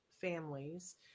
families